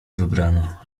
wybrano